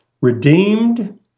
redeemed